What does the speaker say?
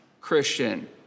christian